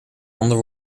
ander